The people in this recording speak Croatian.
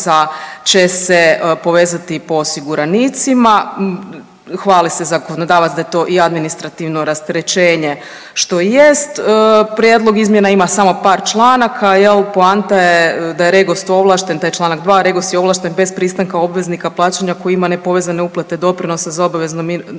hvali se zakonodavac da je to i administrativno rasterećenje, što i jest. Prijedlog izmjena ima samo par članaka, poanta je da je REGOS ovlašten, taj čl. 2, REGOS je ovlašten bez pristanka obveznika plaćanja koji ima nepovezane uplate doprinosa za obvezno mirovinsko